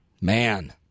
Man